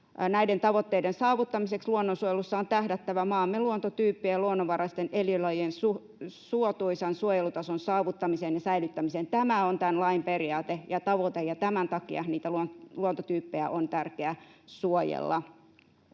näiden tavoitteiden saavuttamiseksi luonnonsuojelussa on tähdättävä maamme luontotyyppien ja luonnonvaraisten eliölajien suotuisan suojelutason saavuttamiseen ja säilyttämiseen. Tämä on tämän lain periaate ja tavoite, ja tämän takia niitä luontotyyppejä on tärkeää suojella,